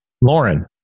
Lauren